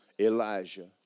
Elijah